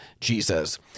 Jesus